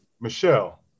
Michelle